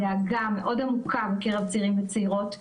דאגה מאוד עמוקה בקרב צעירים וצעירות.